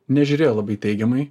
nežiūrėjo labai teigiamai